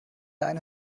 eine